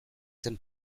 zen